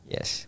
Yes